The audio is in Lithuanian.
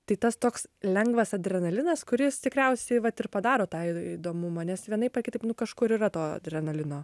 tai tas toks lengvas adrenalinas kuris tikriausiai vat ir padaro tą įdomumą nes vienaip ar kitaip nu kažkur yra to adrenalino